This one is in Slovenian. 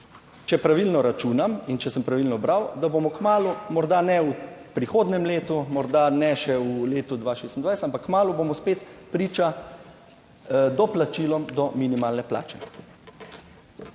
če pravilno računam in če sem pravilno bral, da bomo kmalu, morda ne v prihodnjem letu, morda ne še v letu 2026, ampak kmalu bomo spet priča doplačilom do minimalne plače.